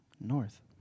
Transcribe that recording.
North